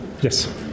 Yes